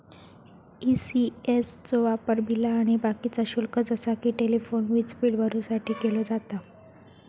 ECS चो वापर बिला आणि बाकीचा शुल्क जसा कि टेलिफोन, वीजबील भरुसाठी केलो जाता